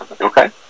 Okay